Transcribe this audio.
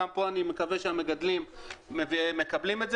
גם פה אני מקווה שהמגדלים מקבלים את זה